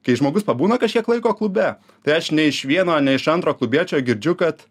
kai žmogus pabūna kažkiek laiko klube tai aš ne iš vieno ne iš antro klubiečio girdžiu kad